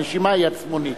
הנשימה היא עצמונית.